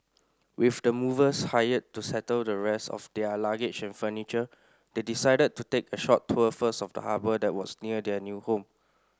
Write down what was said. with the movers hired to settle the rest of their luggage and furniture they decided to take a short tour first of the harbour that was near their new home